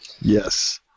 Yes